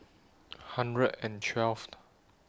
one hundred and twelfth